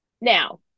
Now